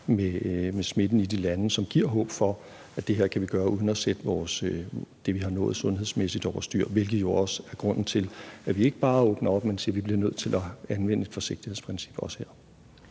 med smitten er i de lande, og som giver håb for, at det her kan vi gøre uden at sætte det, som vi har nået sundhedsmæssigt, over styr, hvilket jo også er grunden til, at vi ikke bare åbner op, men siger, at vi også her bliver nødt til at anvende et forsigtighedsprincip. Kl.